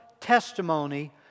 testimony